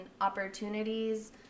opportunities